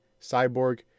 Cyborg